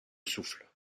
souffle